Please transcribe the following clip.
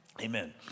Amen